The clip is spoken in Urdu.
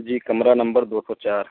جی کمرہ نمبر دو سو چار